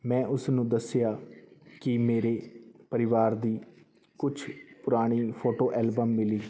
ਮੈਂ ਉਸ ਨੂੰ ਦੱਸਿਆ ਕਿ ਮੇਰੇ ਪਰਿਵਾਰ ਦੀ ਕੁਝ ਪੁਰਾਣੀ ਫੋਟੋ ਐਲਬਮ ਮਿਲੀ